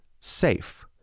SAFE